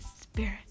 spirit